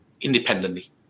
independently